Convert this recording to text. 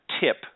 tip